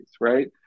right